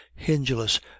hingeless